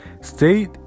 State